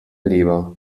leber